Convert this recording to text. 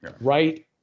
right